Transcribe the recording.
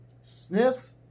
sniff